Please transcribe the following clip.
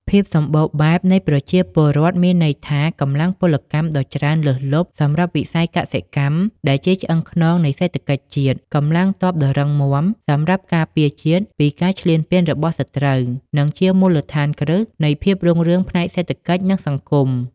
ភាពសម្បូរនៃប្រជាពលរដ្ឋមានន័យថាកម្លាំងពលកម្មដ៏ច្រើនលើសលប់សម្រាប់វិស័យកសិកម្ម ដែលជាឆ្អឹងខ្នងនៃសេដ្ឋកិច្ចជាតិ កម្លាំងទ័ពដ៏រឹងមាំសម្រាប់ការពារជាតិពីការឈ្លានពានរបស់សត្រូវ និងជាមូលដ្ឋានគ្រឹះនៃភាពរុងរឿងផ្នែកសេដ្ឋកិច្ច និងសង្គម។